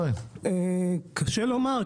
קשה לומר,